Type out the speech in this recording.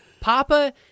Papa